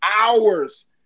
hours